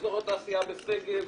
אזור התעשייה בשגב,